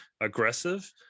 aggressive